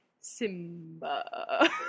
Simba